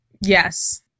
yes